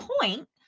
point